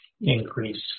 increase